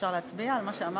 אפשר להצביע על מה שאמרת?